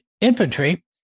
Infantry